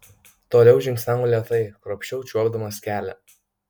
toliau žingsniavo lėtai kruopščiau čiuopdamas kelią